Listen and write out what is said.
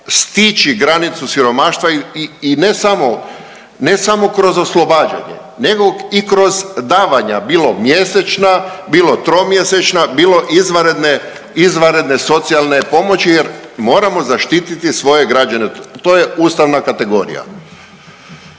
stići granicu siromaštva i ne samo kroz oslobađanje nego i kroz davanja bilo mjesečna, bilo tromjesečna, bilo izvanredne socijalne pomoći jer moramo zaštiti svoje građane. To je ustavna kategorija.